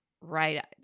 right